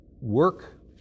work